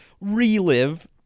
relive